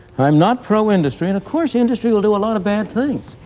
and i'm not pro-industry and, of course, industry will do a lot of bad things.